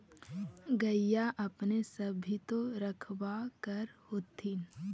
गईया अपने सब भी तो रखबा कर होत्थिन?